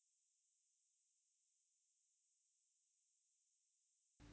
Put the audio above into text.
可是你用 netflix 可以看那个 T_V 大 screen